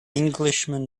englishman